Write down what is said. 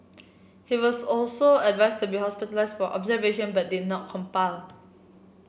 he was also advised to be hospitalised for observation but did not comply